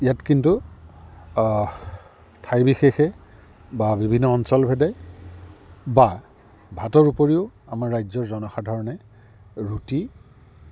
ইয়াত কিন্তু ঠাই বিশেষে বা বিভিন্ন অঞ্চলভেদে বা ভাতৰ উপৰিও আমাৰ ৰাজ্যৰ জনসাধাৰণে ৰুটি